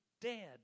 dead